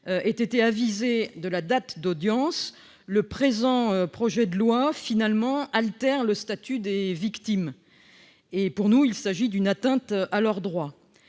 ait été avisée de la date d'audience, le présent projet de loi altère le statut des victimes. Selon nous, il s'agit d'une atteinte aux droits